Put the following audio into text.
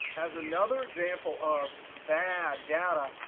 as another example of bad data,